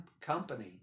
company